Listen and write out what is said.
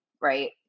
right